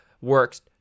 works